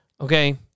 okay